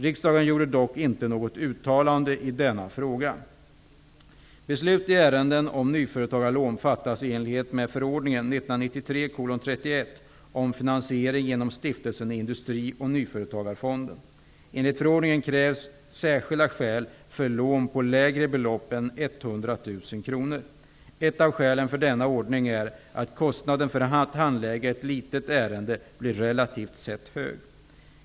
Riksdagen gjorde dock inte något uttalande i denna fråga. Beslut i ärenden om nyföretagarlån fattas i enlighet med förordningen om finansiering genom stiftelsen Industri och nyföretagarfonden. Enligt förordningen krävs särskilda skäl för lån på lägre belopp än 100 000 kr. Ett av skälen för denna ordning är att kostnaden för att handlägga ett litet ärende blir relativt sett hög.